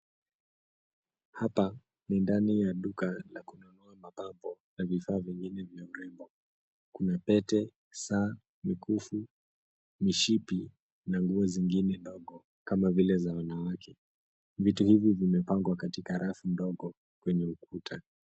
Hapa ni ndani ya duka la kununua mapambo na vifaa vingine vya urembo. Kuna pete, saa, mikufu, mishipi na nguo zingine ndogo kama vile za wanawake. Vitu hivi vimepangwa katika rafu ndogo kwenye ukuta.